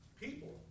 people